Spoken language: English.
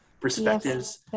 perspectives